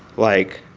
like,